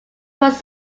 was